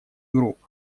групп